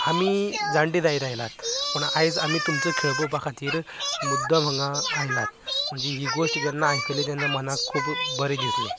आमी जाण्टे जायत आयला पूण आयज आमी तुमचो खेळ पळोवपा खातीर मुद्दम हांगा आयलात म्हणजे ही गोश्ट जेन्ना आयकली तेन्ना मनाक खूब बरें दिसलें